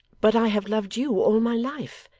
but i have loved you all my life.